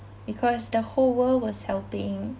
because the whole world was helping